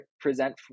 present